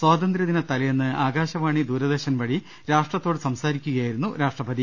സ്വാതന്ത്ര്യദിന തലേന്ന് ആകാശവാണി ദൂരദർശൻ വഴി രാഷ്ട്രത്തോട് സംസാരിക്കുകയായിരുന്നു രാഷ്ട്രപതി